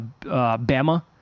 Bama